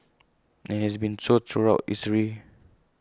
and IT has been so throughout history